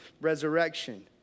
resurrection